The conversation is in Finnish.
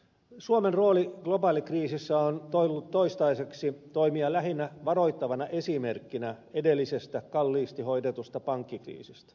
suomen rooli globaalikriisissä on ollut toistaiseksi toimia lähinnä varoittavana esimerkkinä edellisestä kalliisti hoidetusta pankkikriisistä